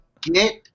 get